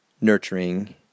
nurturing